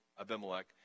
Abimelech